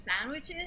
sandwiches